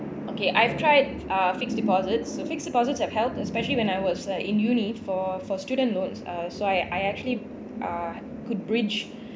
okay I've tried uh fixed deposits so fixed deposits have health especially when I was uh in uni~ for for student loans uh so I I actually uh could bridge